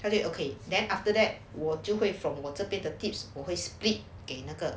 okay then after that 我只会 from 我这边的 tips 我会 split 给那个